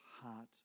heart